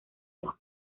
los